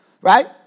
Right